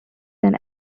than